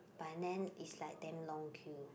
by then it's like damn long queue